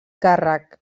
càrrec